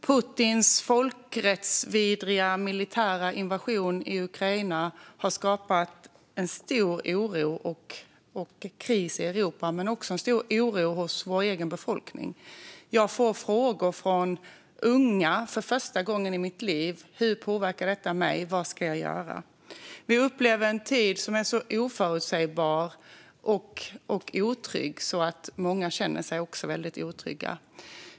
Putins folkrättsvidriga militära invasion i Ukraina har skapat en stor oro och kris i Europa, men också en stor oro hos vår egen befolkning. Jag får för första gången i mitt liv denna typ av frågor från unga - hur påverkar detta mig, och vad ska jag göra? Vi upplever en tid som är så oförutsägbar och otrygg att många känner sig väldigt otrygga.